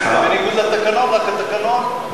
זה בניגוד לתקנון, רק שהתקנון,